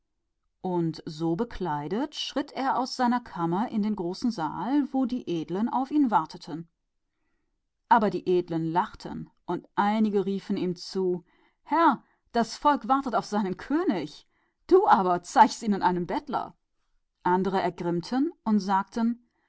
und so angetan ging er aus seinem zimmer in den großen saal wo die edlen auf ihn warteten und die edlen spotteten und einige riefen ihm zu mein gebieter das volk wartet auf seinen könig und du zeigst ihm einen bettler und andere waren zornig und sprachen